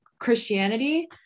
Christianity